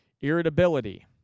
irritability